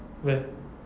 where